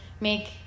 make